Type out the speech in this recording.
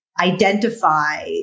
identify